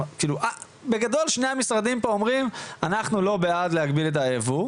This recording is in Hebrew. זה כאילו בגדול שני המשרדים פה אומרים "אנחנו לא בעד להגביל את הייבוא",